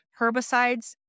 herbicides